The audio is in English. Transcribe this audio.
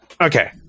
okay